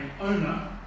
owner